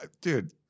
dude